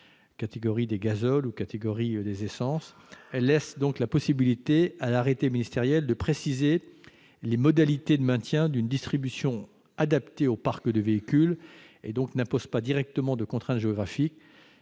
catégorie des gazoles ou catégorie des essences. Ce dispositif laisse donc la possibilité à l'arrêté ministériel de préciser les modalités de maintien d'une distribution adaptée au parc de véhicules et n'impose pas directement de contrainte géographique.